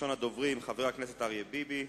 ראשון הדוברים, חבר הכנסת אריה ביבי.